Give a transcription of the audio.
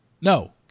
No